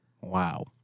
wow